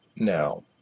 Now